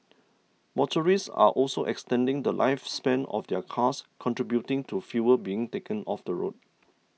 motorists are also extending the lifespan of their cars contributing to fewer being taken off the road